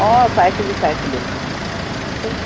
অঁ চাইছিলোঁ চাইছিলোঁ